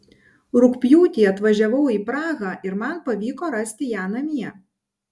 rugpjūtį atvažiavau į prahą ir man pavyko rasti ją namie